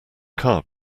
car